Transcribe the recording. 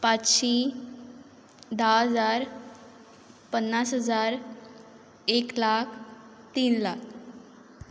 पांचशीं धा हजार पन्नास हजार एक लाख तीन लाख